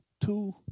two